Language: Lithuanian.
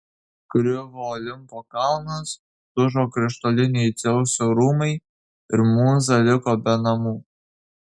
griuvo olimpo kalnas dužo krištoliniai dzeuso rūmai ir mūza liko be namų